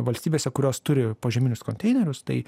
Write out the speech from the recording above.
valstybėse kurios turi požeminius konteinerius tai